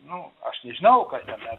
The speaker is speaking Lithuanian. nu aš nežinau kada